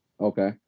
Okay